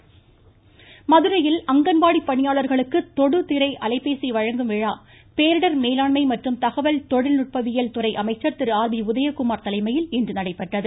உதயகுமார் மதுரையில் அங்கன்வாடி பணியாளர்களுக்கு தொடுதிரை அலைபேசி வழங்கும் விழா பேரிடர் மேலாண்மை மற்றும் தகவல் தொழில்நுட்பவியல் துறை அமைச்சர் திரு ஆர் பி உதயகுமார் தலைமையில் இன்று நடைபெற்றது